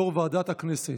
יושב-ראש ועדת הכנסת.